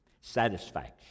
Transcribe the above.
Satisfaction